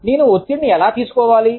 నేను ఒత్తిడిని ఎలా తీసుకోవాలి